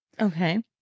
Okay